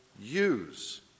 use